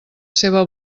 seva